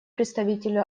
представителю